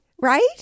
Right